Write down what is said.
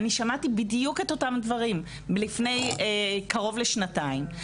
אני שמעתי בדיוק את אותם דברים לפני קרוב לשנתיים.